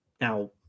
now